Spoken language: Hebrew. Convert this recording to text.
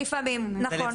לפעמים, נכון.